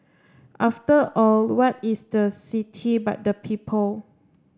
after all what is the city but the people